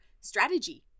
strategy